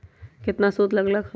केतना सूद लग लक ह?